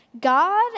God